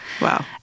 Wow